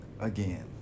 Again